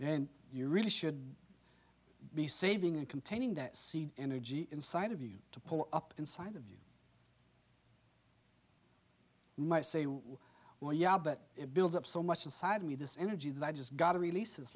then you really should be saving and containing that seed energy inside of you to pull up inside of you might say well yeah but it builds up so much inside me this energy that i just got to release i